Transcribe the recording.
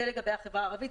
זה לגבי החברה הערבית,